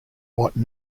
what